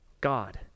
God